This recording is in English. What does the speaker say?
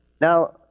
Now